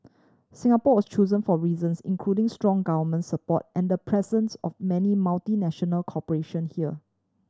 Singapore was chosen for reasons including strong government support and the presence of many multinational corporation here